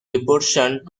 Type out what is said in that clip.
deportation